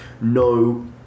no